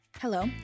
Hello